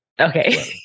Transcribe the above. Okay